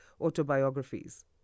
autobiographies